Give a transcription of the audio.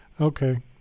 okay